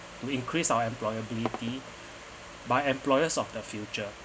will increase our employability by employers of the future